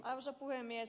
arvoisa puhemies